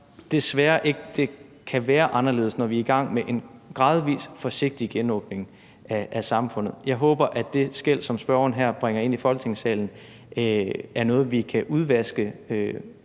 det kan være anderledes, når vi er i gang med en gradvis, forsigtig genåbning af samfundet. Jeg håber, at det skel, som spørgeren her bringer ind i Folketingssalen, er noget, vi kan udvaske